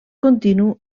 continu